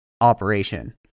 operation